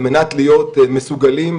מה אתה רואה את ההבדל בין שנה שעברה לשנה הזאת,